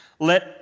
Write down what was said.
let